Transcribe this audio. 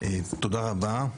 תודה רבה.